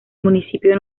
municipio